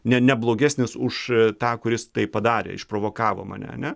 ne ne blogesnis už tą kuris tai padarė išprovokavo mane ane